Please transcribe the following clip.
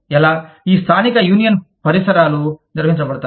ఎలా ఈ స్థానిక యూనియన్ పరిసరాలు నిర్వహించబడతాయి